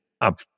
up